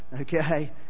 Okay